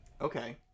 Okay